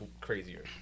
crazier